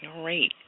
Great